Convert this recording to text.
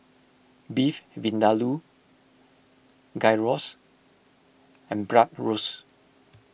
Beef Vindaloo Gyros and Bratwurst